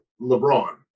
LeBron